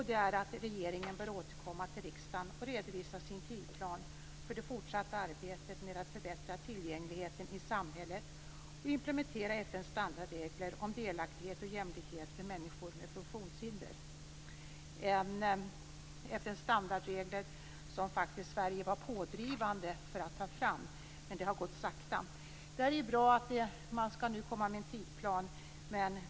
Det är att regeringen bör återkomma till riksdagen och redovisa sin tidsplan för det fortsatta arbetet med att förbättra tillgängligheten i samhället och implementera FN:s standardregler om delaktighet och jämlikhet för människor med funktionshinder. Sverige var pådrivande för att ta fram dessa standardregler, men det har gått sakta. Det är i och för sig bra att man nu skall komma med en tidsplan.